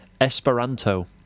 Esperanto